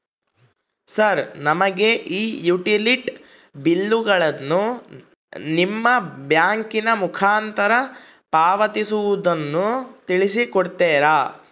Sir ನಮಗೆ ಈ utility ಬಿಲ್ಲುಗಳನ್ನು ನಿಮ್ಮ ಬ್ಯಾಂಕಿನ ಮುಖಾಂತರ ಪಾವತಿಸುವುದನ್ನು ತಿಳಿಸಿ ಕೊಡ್ತೇರಾ?